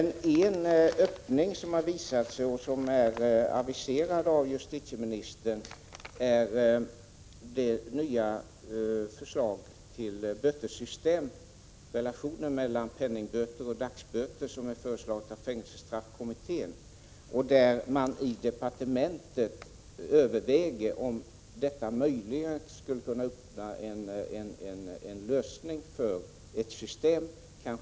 En lösning som kommit till synes och som aviserats av justitieministern är det nya förslaget till bötessystem. Jag syftar på förslaget om relationen mellan penningböter och dagsböter som framlagts av fängelsestraffkommittén. Man överväger i departementet om detta möjligen skulle kunna vara öppningen till ett system som löser frågan.